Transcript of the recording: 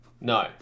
No